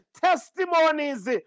testimonies